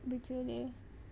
Bicholim